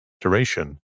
duration